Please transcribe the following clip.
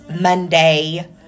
monday